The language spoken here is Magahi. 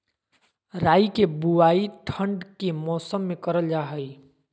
राई के बुवाई ठण्ड के मौसम में करल जा हइ